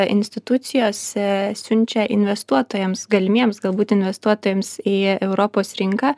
institucijose siunčia investuotojams galimiems galbūt investuotojams į europos rinką